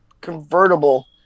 convertible